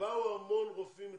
באו המון רופאים מצרפת,